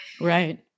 Right